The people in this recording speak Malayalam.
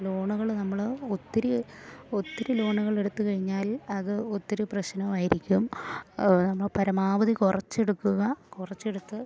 ലോണുകൾ നമ്മൾ ഒത്തിരി ഒത്തിരി ലോണുകളെടുത്തു കഴിഞ്ഞാൽ അത് ഒത്തിരി പ്രശ്നമായിരിക്കും നമ്മൾ പരമാവധി കുറച്ചെടുക്കുക കുറച്ചെടുത്ത്